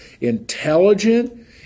intelligent